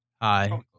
Hi